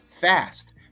fast